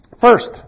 first